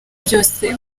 byose